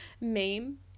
meme